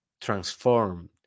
transformed